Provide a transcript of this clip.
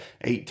eight